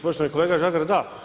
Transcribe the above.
Poštovani kolega Žagar, da.